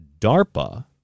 DARPA